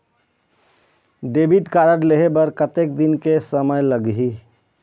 Debit card लेहे बर कतेक दिन के समय लगही?